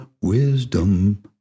wisdom